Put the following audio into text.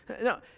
No